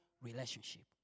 relationship